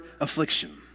affliction